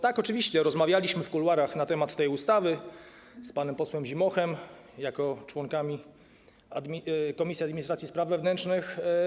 Tak, rozmawialiśmy w kuluarach na temat tej ustawy z panem posłem Zimochem jako członkowie Komisji Administracji i Spraw Wewnętrznych.